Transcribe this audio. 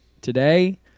today